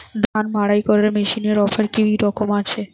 ধান মাড়াই করার মেশিনের অফার কী রকম আছে?